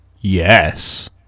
Yes